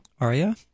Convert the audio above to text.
Aria